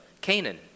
Canaan